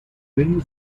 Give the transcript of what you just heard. venue